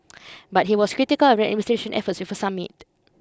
but he was critical of administration's efforts with a summit